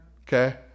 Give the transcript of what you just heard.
Okay